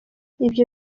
ibyo